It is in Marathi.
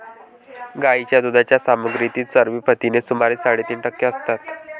गायीच्या दुधाच्या सामग्रीतील चरबी प्रथिने सुमारे साडेतीन टक्के असतात